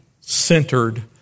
centered